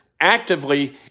actively